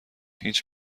هیچ